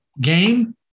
game